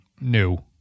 new